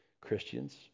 Christians